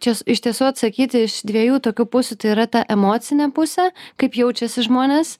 čia iš tiesų atsakyti iš dviejų tokių pusių tai yra ta emocinė pusė kaip jaučiasi žmonės